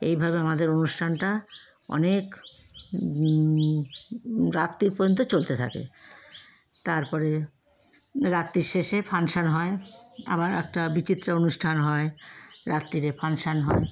এইভাবে আমাদের অনুষ্ঠানটা অনেক রাত্রির পর্যন্ত চলতে থাকে তারপরে রাত্রির শেষে ফাঙ্কশন হয় আবার একটা বিচিত্রা অনুষ্ঠান হয় রাত্রিরে ফাঙ্কশন হয়